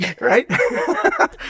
Right